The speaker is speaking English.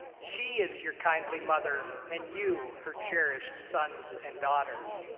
she is your kindly mother and you her cherished sons and daughters.